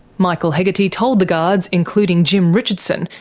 michael hegarty told the guards, including jim richardson,